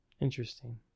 Interesting